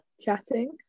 chatting